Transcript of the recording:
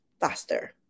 faster